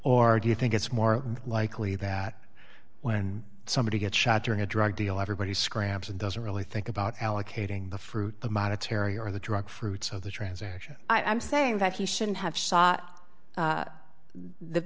or do you think it's more likely that when somebody gets shot during a drug deal everybody scraps and doesn't really think about allocating the fruit the monetary or the drug fruits of the transaction i'm saying that he shouldn't have sought the